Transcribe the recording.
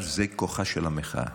אבל זה כוחה של המחאה.